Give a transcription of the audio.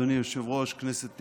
אדוני היושב-ראש, כנסת נכבדה,